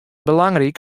belangryk